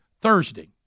Thursday